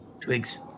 twigs